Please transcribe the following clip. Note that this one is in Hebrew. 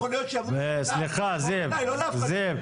יכול להיות- -- סליחה זיו, זיו.